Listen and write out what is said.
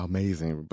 Amazing